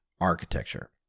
architecture